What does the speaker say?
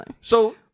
So-